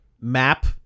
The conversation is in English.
map